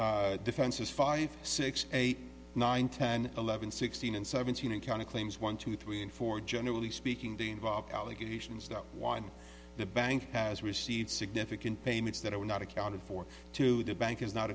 in defenses five six eight nine ten eleven sixteen and seventeen and counting claims one two three and four generally speaking they involve allegations that one the bank has received significant payments that were not accounted for to the bank is not